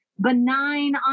benign